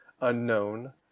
unknown